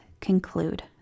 conclude